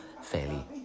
fairly